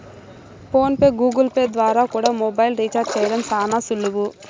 phone pay, Google Pay ద్వారా కూడా mobile recharge చేయడం శానా సులువు